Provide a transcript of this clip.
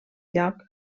lloc